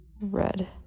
red